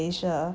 and then like